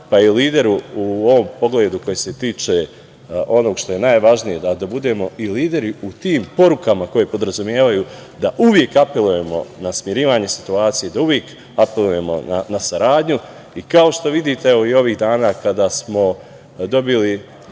pa i lider u ovom pogledu koji se tiče onog što je najvažnije, da budemo i lideri u tim porukama koje podrazumevaju da uvek apelujemo na smirivanje situacije, da uvek apelujemo na saradnju i, kao što vidite, evo, i ovih dana kada smo dobili